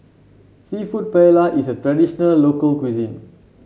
seafood Paella is a traditional local cuisine